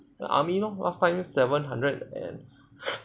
army lor last time seven hundred